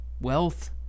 Wealth